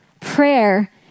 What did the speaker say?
Prayer